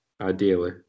Ideally